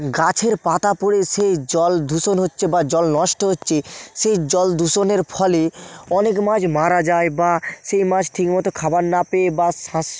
গাছের পাতা পড়ে সে জলদূষণ হচ্ছে বা জল নষ্ট হচ্ছে সেই জলদূষণের ফলে অনেক মাছ মারা যায় বা সেই মাছ ঠিক মতো খাবার না পেয়ে বা শ্বাস